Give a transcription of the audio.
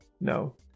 No